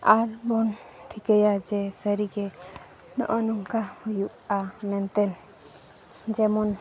ᱟᱨ ᱵᱚᱱ ᱴᱷᱤᱠᱟᱹᱭᱟ ᱡᱮ ᱥᱟᱹᱨᱤᱜᱮ ᱱᱚᱜᱼᱚ ᱱᱚᱝᱠᱟ ᱦᱩᱭᱩᱜᱼᱟ ᱢᱮᱱᱛᱮ ᱡᱮᱢᱚᱱ